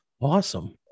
Awesome